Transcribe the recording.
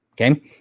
okay